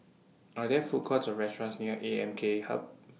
Are There Food Courts Or restaurants near A M K Hub